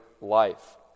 life